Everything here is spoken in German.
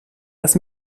das